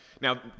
Now